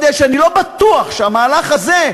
שאני לא בטוח שהמהלך הזה,